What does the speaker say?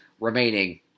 remaining